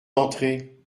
d’entrée